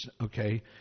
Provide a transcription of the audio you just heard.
Okay